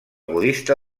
budista